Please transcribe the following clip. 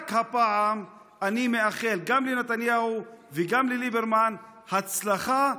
רק הפעם אני מאחל גם לנתניהו וגם לליברמן הצלחה,